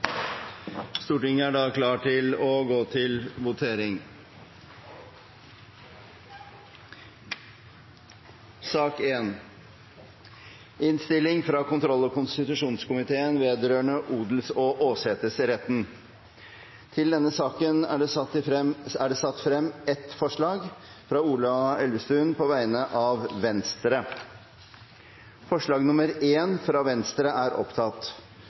Stortinget er da klar til å gå til votering. Under debatten er det satt frem ett forslag. Det er forslag nr. 1, fra Ola Elvestuen på vegne av Venstre. Forslaget lyder: «Dokument 12:13 – Grunnlovsforslag fra